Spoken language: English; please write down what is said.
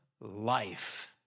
life